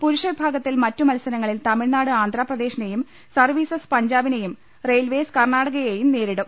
പുരുഷ വിഭാഗത്തിൽ മറ്റു മത്സരങ്ങളിൽ തമിഴ്നാട് ആന്ധ്രാപ്രദേശിനെയും സർവീസസ് പഞ്ചാബിനെയും റെയിൽവേസ് കർണാടകയെയും നേരിടും